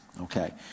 Okay